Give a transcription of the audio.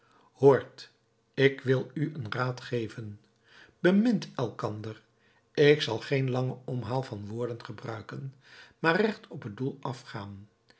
hoort ik wil u een raad geven bemint elkander ik zal geen langen omhaal van woorden gebruiken maar recht op het doel afgaan